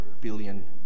billion